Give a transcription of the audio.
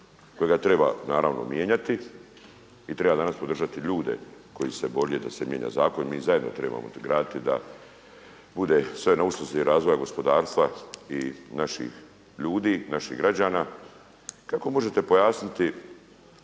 kojega treba naravno mijenjati i treba danas podržati ljude koji se bore da se mijenja zakon. Mi zajedno trebamo graditi da bude sve na usluzi razvoja gospodarstva i naših ljudi, naših građana. Kako možete pojasniti